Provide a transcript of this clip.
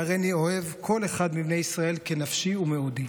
והריני אוהב כל אחד מבני ישראל כנפשי ומאודי".